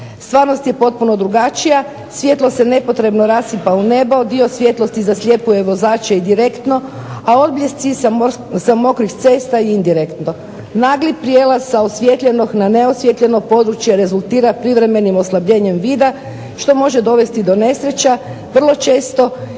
Stvarnost je potpuno drugačija svjetlo se nepotrebno rasipa u nebo, dio svjetlosti zasljepljuje vozače direktno a odbljesci sa mokrih cesta indirektno. Nagli prijelaz sa osvijetljenog na neosvijetljeno područje rezultira privremenim oslabljenjem vida što može dovesti do nesreća vrlo često